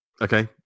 Okay